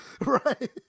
right